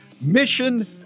Mission